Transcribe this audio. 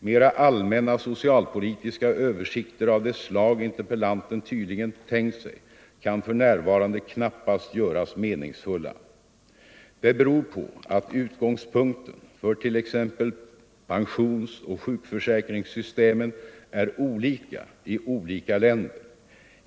Mera allmänna socialpolitiska översikter av det slag interpellanten tydligen tänkt sig kan för närvarande knappast göras meningsfulla. Det beror på att utgångspunkten för t.ex. pensionsoch sjukförsäkringssystemen är olika i olika länder.